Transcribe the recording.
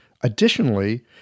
Additionally